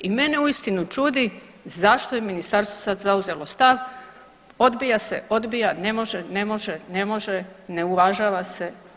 I mene uistinu čudi zašto je ministarstvo sad zauzelo stav odbija se, odbija, ne može, ne može, ne može, ne uvažava se.